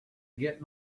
get